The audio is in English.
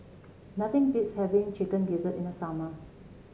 nothing beats having Chicken Gizzard in the summer